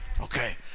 Okay